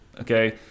okay